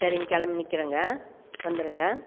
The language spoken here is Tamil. சரிங்க கிளம்பி நிற்கிறங்க வந்துருங்க